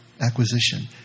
acquisition